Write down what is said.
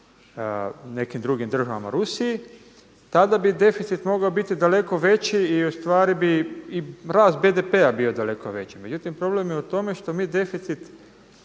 nekim državama Rusiji, tada bi deficit mogao biti daleko veći i ustvari bi rast BDP-a bio daleko veći. Međutim problem je u tom što mi deficit